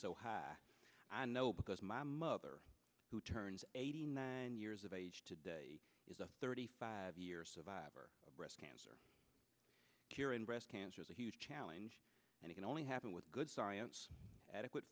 so high i know because my mother who turns eighty nine years of age today is a thirty five year survivor of breast cancer cure and breast cancer is a huge challenge and can only happen with good science adequate